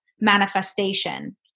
manifestation